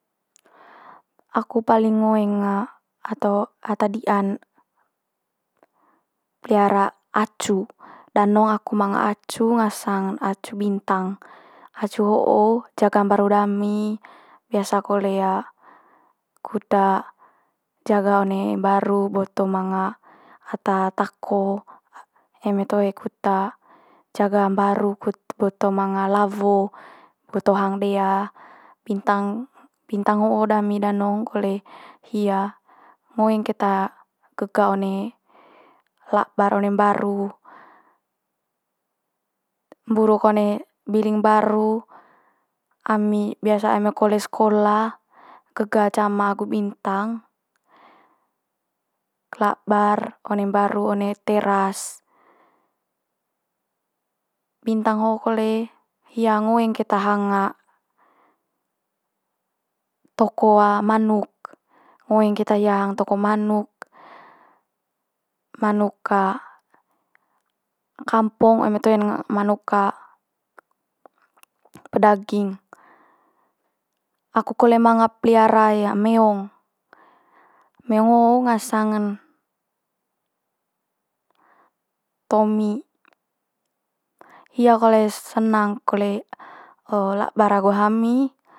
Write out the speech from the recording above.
Aku paling ngoeng ato- ata di'an pelihara acu. Danong aku manga acu ngasang'n acu bintang. Acu jaga mbaru dami biasa kole kut jaga one mbaru boto manga ata tako, eme toe kut jaga mbaru kut boto manga lawo boto hang dea. Bintang bintang ho'o dami danong kole hia ngoeng keta gega one labar one mbaru, mburuk one biling mbaru. Ami biasa eme kole sekola gega cama agu bintang, labar one mbaru one teras. Bintang ho kole hia ngoeng keta hang toko manuk, ngoeng keta hia hang toko manuk. Manuk kampong eme toe manuk pedaging, aku kole manga pelihara meong. Meong ho ngasang'n tomi. Hia kole senang kole labar agu hami